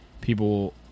people